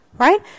Right